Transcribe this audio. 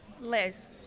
Liz